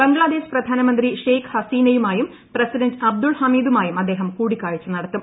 ബംഗ്ലദേശ് പ്രധാന മന്ത്രി ഷേഖ് ഹസീനയുമായും പ്രസിഡന്റ് അബ്ദുൾ ഹമീദുമായും അദ്ദേഹം കൂടിക്കാഴ്ച നടത്തും